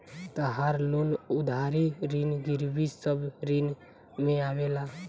तहार लोन उधारी ऋण गिरवी सब ऋण में आवेला